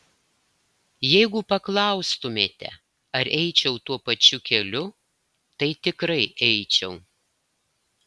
jeigu paklaustumėte ar eičiau tuo pačiu keliu tai tikrai eičiau